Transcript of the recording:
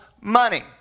money